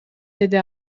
деди